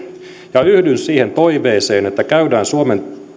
yhdyn siihen toiveeseen että käydään suomen